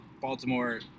Baltimore